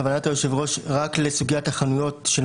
כוונת היושב ראש רק לסוגיית החנויות של